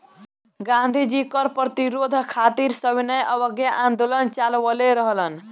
गांधी जी कर प्रतिरोध खातिर सविनय अवज्ञा आन्दोलन चालवले रहलन